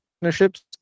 partnerships